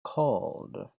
called